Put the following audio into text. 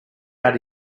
out